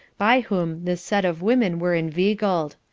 by whom this set of women were inveigled.